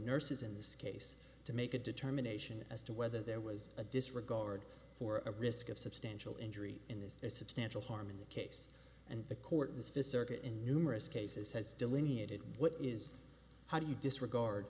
nurses in this case to make a determination as to whether there was a disregard for a risk of substantial injury in this a substantial harm in the case and the court in this visit in numerous cases has delineated what is how do you disregard